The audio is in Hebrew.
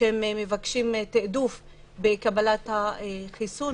שמבקשים תעדוף בקבלת חיסון,